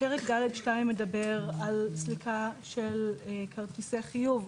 פרק ד'2 מדבר על סליקה של כרטיסי חיוב.